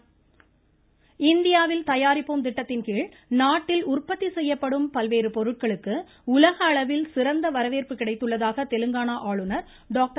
தமிழிசை இந்தியாவில் தயாரிப்போம் திட்டத்தின்கீழ் நாட்டில் உற்பத்தி செய்யப்படும் பல்வேறு பொருட்களுக்கு உலக அளவில் சிறந்த வரவேற்பு கிடைத்துள்ளதாக தெலுங்கானா ஆளுநர் டாக்டர்